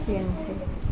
बेनोसै